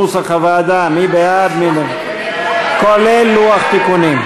נוסח הוועדה, כולל לוח תיקונים,